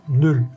nul